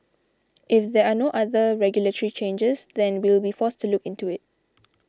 if there are no other regulatory changes then we'll be forced to look into it